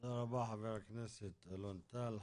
תודה רבה, חבר הכנסת אלון טל.